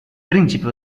principe